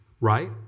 right